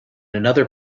another